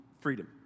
freedom